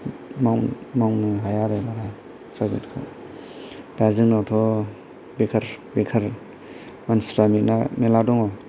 मावनो हाया आरो प्राइभेट खौ दा जोंनावथ' बेखार बेखार मानसिफोरा मेला मेल्ला दङ